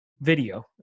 video